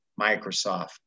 Microsoft